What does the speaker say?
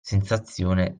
sensazione